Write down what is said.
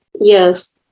yes